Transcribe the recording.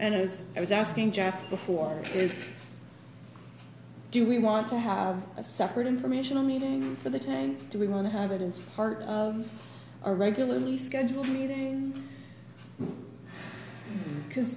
and as i was asking john before is do we want to have a separate informational meeting for the time to we want to have it is part of our regularly scheduled meeting because